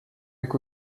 jak